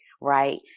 right